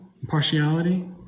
impartiality